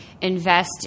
invest